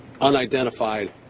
unidentified